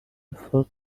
for